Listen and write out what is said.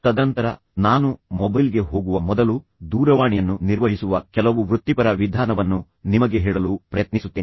ತದನಂತರ ನಾನು ಮೊಬೈಲ್ ಗೆ ಹೋಗುವ ಮೊದಲು ದೂರವಾಣಿಯನ್ನು ನಿರ್ವಹಿಸುವ ಕೆಲವು ವೃತ್ತಿಪರ ವಿಧಾನವನ್ನು ನಿಮಗೆ ಹೇಳಲು ಪ್ರಯತ್ನಿಸುತ್ತೇನೆ